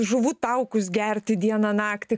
žuvų taukus gerti dieną naktį